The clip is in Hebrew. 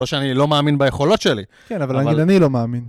לא שאני לא מאמין ביכולות שלי. כן, אבל נגיד אני לא מאמין.